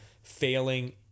Failing